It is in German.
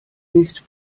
nicht